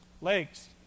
Legs